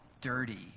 dirty